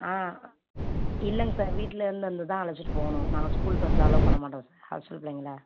ஆ இல்லைங்க சார் வீட்லேருந்து வந்து தான் அழைச்சிட்டு போகணும் நாங்கள் ஸ்கூல் பஸ்ல அலோவ் பண்ண மாட்டோம் சார் ஹாஸ்டல் பிள்ளைங்கள